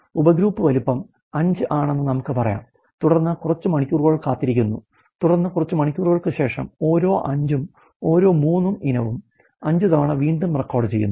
ഉപഗ്രൂപ്പ് വലുപ്പം 5 ആണെന്ന് നമുക്ക് പറയാം തുടർന്ന് കുറച്ച് മണിക്കൂറുകൾ കാത്തിരിക്കുന്നു തുടർന്ന് കുറച്ച് മണിക്കൂറുകൾക്ക് ശേഷം ഓരോ 5 ഉം ഓരോ 3 ഉം ഇനവും 5 തവണ വീണ്ടും റെക്കോർഡുചെയ്യുന്നു